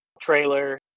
Trailer